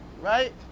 right